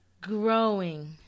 growing